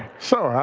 so